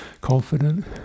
confident